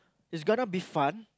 it's gonna be fun